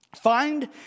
Find